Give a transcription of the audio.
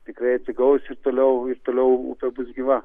tikrai atsigaus ir toliau ir toliau upė bus gyva